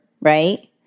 right